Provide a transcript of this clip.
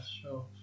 sure